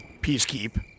peacekeep